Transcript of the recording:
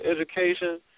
education